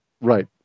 Right